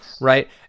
right